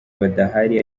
badahari